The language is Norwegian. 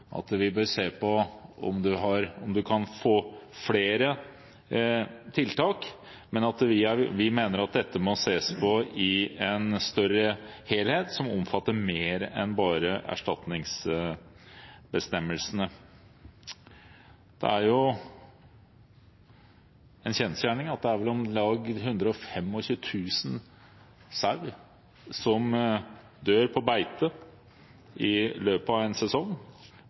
og vi bør se på om en kan få flere tiltak, men vi mener at dette må ses i en større helhet som omfatter mer enn bare erstatningsbestemmelsene. Det er en kjensgjerning at det er om lag 125 000 sauer som dør på beite i løpet av en sesong.